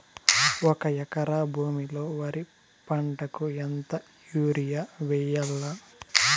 ఒక ఎకరా భూమిలో వరి పంటకు ఎంత యూరియ వేయల్లా?